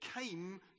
came